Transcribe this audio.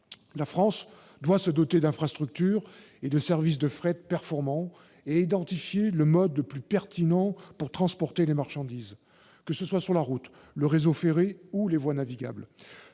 La France doit se doter d'infrastructures et de services de fret performants, et identifier le mode de transport le plus pertinent pour acheminer les marchandises, que ce soit par la route, par le réseau ferré ou par les voies navigables.